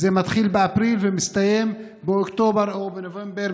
מתחיל באפריל ומסתיים באוקטובר או בנובמבר,